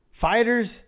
Fighters